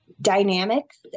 Dynamics